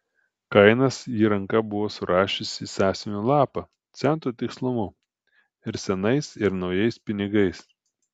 kainas ji ranka buvo surašiusi į sąsiuvinio lapą cento tikslumu ir senais ir naujais pinigais